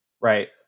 right